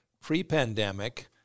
pre-pandemic